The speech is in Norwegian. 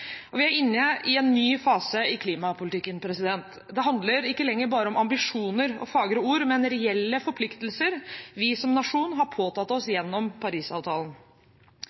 Vi er inne i en ny fase i klimapolitikken. Det handler ikke lenger bare om ambisjoner og fagre ord, men om reelle forpliktelser vi som nasjon har påtatt oss gjennom Parisavtalen.